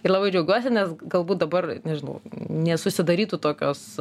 ir labai džiaugiuosi nes galbūt dabar nežinau nesusidarytų tokios